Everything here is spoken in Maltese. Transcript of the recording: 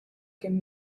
kien